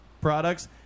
products